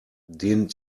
den